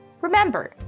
Remember